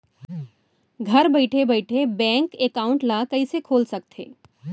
घर बइठे बइठे बैंक एकाउंट ल कइसे खोल सकथे?